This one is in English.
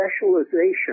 specialization